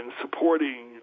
supporting